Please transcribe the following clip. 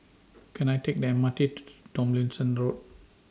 Can I Take The M R T to Tomlinson Road